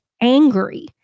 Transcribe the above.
angry